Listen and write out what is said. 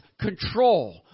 control